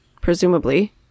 presumably